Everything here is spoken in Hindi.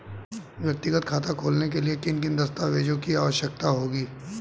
व्यक्तिगत खाता खोलने के लिए किन किन दस्तावेज़ों की आवश्यकता होगी?